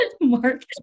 Mark